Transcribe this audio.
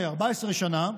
14-13 שנה,